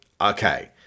okay